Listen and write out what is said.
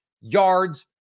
yards